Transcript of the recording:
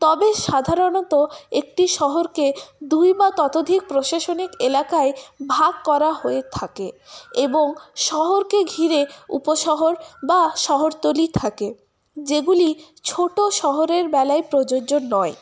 তবে সাধারণত একটি শহরকে দুই বা ততোধিক প্রশাসনিক এলাকায় ভাগ করা হয়ে থাকে এবং শহরকে ঘিরে উপশহর বা শহরতলি থাকে যেগুলি ছোট শহরের বেলায় প্রযোজ্য নয়